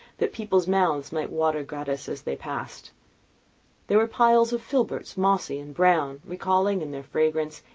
that people's mouths might water gratis as they passed there were piles of filberts, mossy and brown, recalling, in their fragrance,